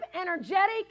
energetic